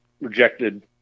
Rejected